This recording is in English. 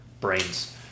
brains